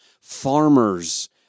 farmers